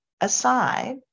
aside